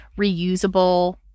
reusable